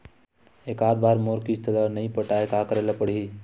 एकात बार मोर किस्त ला नई पटाय का करे ला पड़ही?